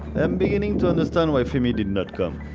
am beginning to understand why fehmi did not come,